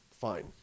fine